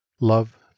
LOVE